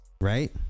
Right